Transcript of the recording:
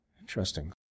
Interesting